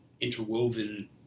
interwoven